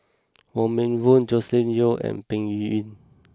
Wong Meng Voon Joscelin Yeo and Peng Yuyun